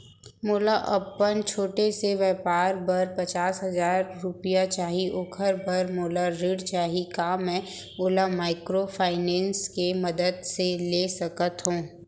मोला अपन छोटे से व्यापार बर पचास हजार रुपिया चाही ओखर बर मोला ऋण चाही का मैं ओला माइक्रोफाइनेंस के मदद से ले सकत हो?